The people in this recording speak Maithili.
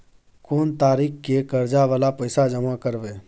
कोन तारीख के कर्जा वाला पैसा जमा करबे?